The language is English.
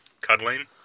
cuddling